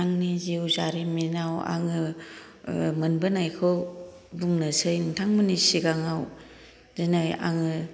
आंनि जिउ जारिमिनाव आङो मोनबोनायखौ बुंनोसै नोंथां मोननि सिगाङाव दिनै आङो